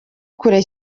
kure